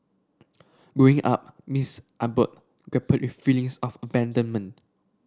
Growing Up Miss Abbott grappled feelings of abandonment